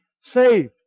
saved